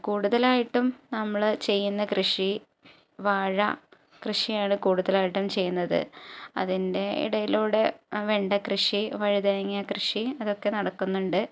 കൂടുതലായിട്ടും നമ്മള് ചെയ്യുന്ന കൃഷി വാഴ കൃഷിയാണ് കൂടുതലായിട്ടും ചെയ്യുന്നത് അതിൻ്റെ ഇടയിലൂടെ വെണ്ട കൃഷി വഴുതനങ്ങാ കൃഷി അതൊക്കെ നടക്കുന്നുണ്ട്